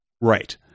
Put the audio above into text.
Right